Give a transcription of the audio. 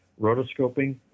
rotoscoping